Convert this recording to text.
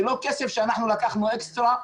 זה לא כסף שלקחנו אקסטרה,